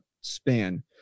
span